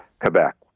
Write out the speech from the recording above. Quebec